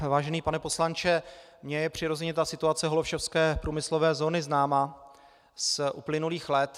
Vážený pane poslanče, mně je přirozeně ta situace holešovské průmyslové zóny známa z uplynulých let.